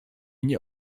nie